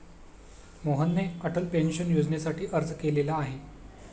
मोहनने अटल पेन्शन योजनेसाठी अर्ज केलेला आहे